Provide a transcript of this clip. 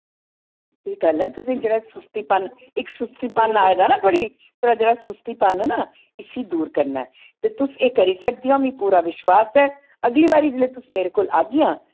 एह् गल्ल ऐ तुसें जेह्ड़ा सुस्तीपन इक सुस्तीपन आए दा ना थोआढ़ी थोआढ़ा जेह्ड़ा सुस्तीपन ऐ ना इस्सी दूर करना ऐ ते तुस एह् करी सकदियां ओ मी पूरा विश्वास ऐ अगली बारी जेल्लै तुस मेरे कोल आगियां